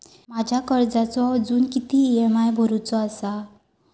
माझ्या कर्जाचो अजून किती ई.एम.आय भरूचो असा?